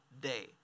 day